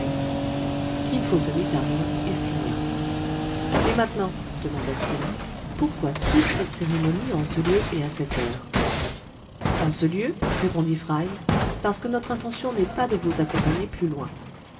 kin fo se mit à rire et signa et maintenant demanda-t-il pourquoi toute cette cérémonie en ce lieu et à cette heure en ce lieu répondit fry parce que notre intention n'est pas de vous accompagner plus loin